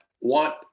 want